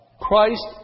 Christ